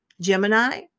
Gemini